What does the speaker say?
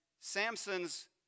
Samson's